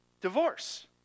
divorce